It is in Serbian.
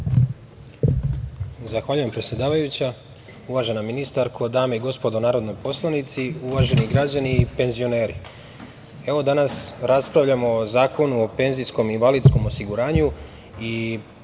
Zahvaljujem, predsedavajuća. Uvažena ministarko, dame i gospodo narodni poslanici, uvaženi građani i penzioneri, evo danas raspravljamo o Zakonu o penzijskom i invalidskom osiguranju i